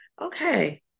okay